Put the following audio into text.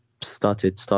started